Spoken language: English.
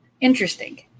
Interesting